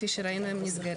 כפי שראינו.